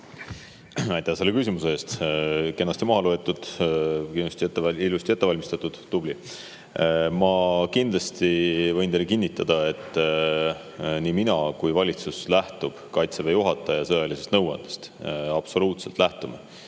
on. Aitäh selle küsimuse eest! Kenasti maha loetud, ilusti ette valmistatud. Tubli! Ma kindlasti võin teile kinnitada, et nii mina kui ka valitsus lähtume Kaitseväe juhataja sõjalisest nõuandest. Absoluutselt lähtume.